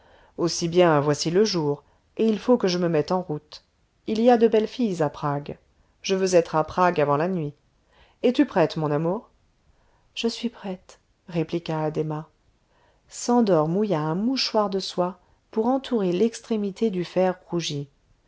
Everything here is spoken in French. aussi bien voici le jour et il faut que je me mette en route il y a de belles filles à prague je veux être à prague avant la nuit es-tu prête mon amour je suis prête répliqua addhéma szandor mouilla un mouchoir de soie pour entourer l'extrémité du fer rougi